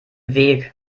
weg